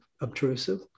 obtrusive